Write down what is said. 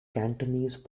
cantonese